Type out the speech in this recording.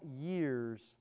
years